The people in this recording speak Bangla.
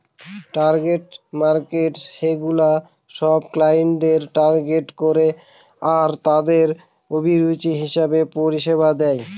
টার্গেট মার্কেটস সেগুলা সব ক্লায়েন্টদের টার্গেট করে আরতাদের অভিরুচি হিসেবে পরিষেবা দেয়